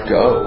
go